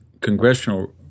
congressional